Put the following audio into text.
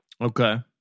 okay